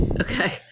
Okay